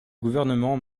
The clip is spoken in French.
gouvernement